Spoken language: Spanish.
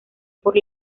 por